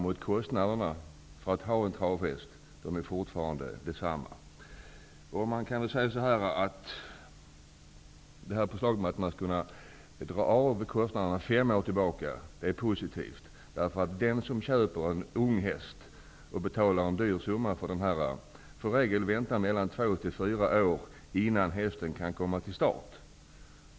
Men kostnaderna för att ha en travhäst är däremot fortfarande desamma. Förslaget om att man skall kunna dra av kostnader som man har haft fem år tillbaka är positivt. Den som köper en unghäst och betalar en hög summa för den, får i regel vänta två--fyra år innan hästen kan komma till start.